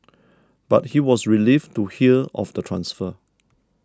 but he was relieved to hear of the transfer